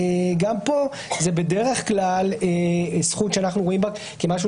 גם פה זה בדרך כלל זכות שאנחנו רואים בה כמשהו